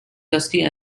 dusty